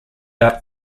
out